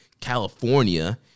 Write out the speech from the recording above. California